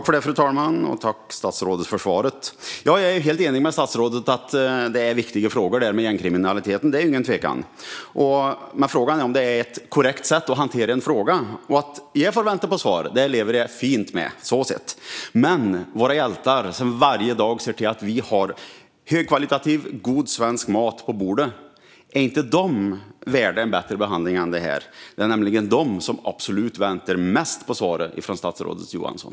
Fru talman! Jag tackar statsrådet för svaret. Jag är helt enig med statsrådet om att gängkriminaliteten utan tvekan är en viktig fråga. Frågan är dock om detta är ett korrekt sätt att hantera en fråga. Att jag får vänta på svar kan jag leva med. Men våra hjältar som varje dag ser till att vi har högkvalitativ, god svensk mat på bordet, är de inte värda en bättre behandling? Det är nämligen de som väntar mest på svaret från statsrådet Johansson.